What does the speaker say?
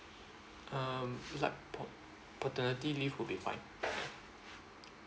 um like pa~ paternity leave will be fine